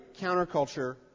counterculture